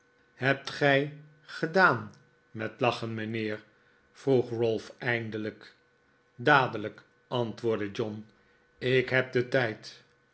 hebt gij gedaan met lachen mijnheer vroeg ralph eindelijk dadelijk antwoordde john ik heb den tijd